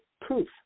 proof